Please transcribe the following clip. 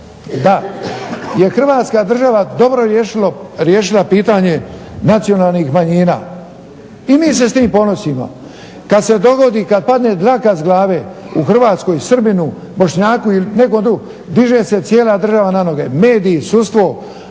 da je Hrvatska država dobro riješila pitanje nacionalnih manjina i mi se s tim ponosimo. Kad se dogodi kad padne dlaka s glave u Hrvatskoj Srbinu, Bošnjaku ili nekom drugom diže se cijela država na noge, mediji, sudstvo